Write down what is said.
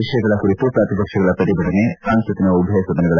ವಿವಿಧ ವಿಷಯಗಳ ಕುರಿತು ಪ್ರತಿಪಕ್ಷಗಳ ಪ್ರತಿಭಟನೆ ಸಂಸತ್ತಿನ ಉಭಯಸದನಗಳ